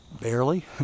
barely